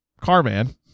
Carman